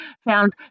found